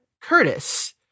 Curtis